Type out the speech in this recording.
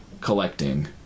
collecting